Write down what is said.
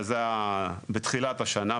בתחילת השנה,